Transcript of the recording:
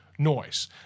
noise